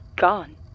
gone